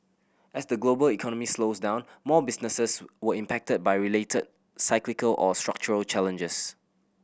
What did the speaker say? as the global economy slows down more businesses were impacted by related cyclical or structural challenges